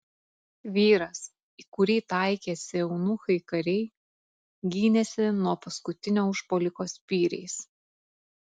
vyras į kurį taikėsi eunuchai kariai gynėsi nuo paskutinio užpuoliko spyriais